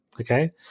Okay